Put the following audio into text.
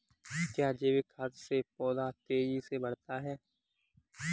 क्या जैविक खाद से पौधा तेजी से बढ़ता है?